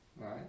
Right